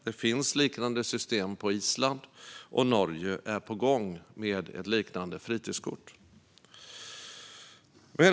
Det finns liknande system på Island, och Norge är på gång med ett liknande fritidskort.